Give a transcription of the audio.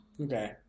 Okay